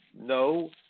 no